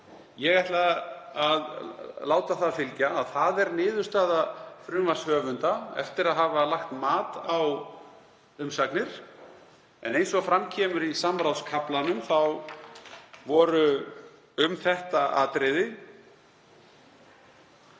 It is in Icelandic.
Ég ætla að láta það fylgja að það er niðurstaða frumvarpshöfunda eftir að hafa lagt mat á umsagnir. Eins og fram kemur í samráðskaflanum þá voru um þetta atriði